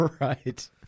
Right